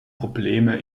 probleme